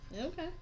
Okay